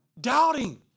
doubting